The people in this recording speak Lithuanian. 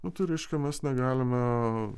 na tai reiškia mes negalime